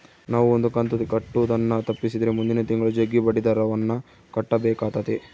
ನಾವು ಒಂದು ಕಂತು ಕಟ್ಟುದನ್ನ ತಪ್ಪಿಸಿದ್ರೆ ಮುಂದಿನ ತಿಂಗಳು ಜಗ್ಗಿ ಬಡ್ಡಿದರವನ್ನ ಕಟ್ಟಬೇಕಾತತೆ